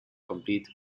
complete